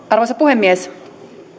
arvoisa puhemies